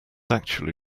actually